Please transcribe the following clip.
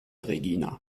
regina